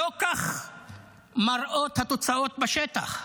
לא כך מראות התוצאות בשטח.